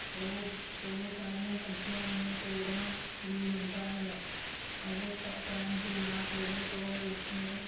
ਉਹ ਬਹੁਤ ਸਾਰੀਆਂ ਸਬਜ਼ੀਆਂ ਨੂੰ ਤੋੜਨਾ ਵੀ ਹੁੰਦਾ ਹੈ ਅਗਰ ਸ ਟੈਮ ਸਿਰ ਨਾ ਤੋੜੇ ਤੋ ਉਸ ਮੇ